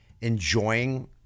enjoying